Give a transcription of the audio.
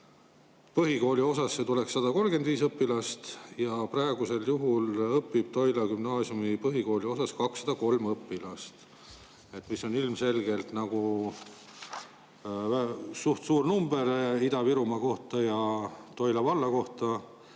põhikooliosasse tuleks 135 õpilast. Praegu õpib Toila Gümnaasiumi põhikooliosas 203 õpilast, mis on ilmselgelt suur number Ida-Virumaa ja Toila valla kohta.